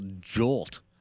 jolt